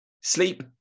Sleep